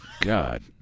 God